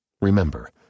Remember